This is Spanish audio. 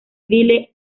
ville